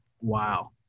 Wow